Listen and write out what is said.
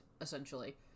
essentially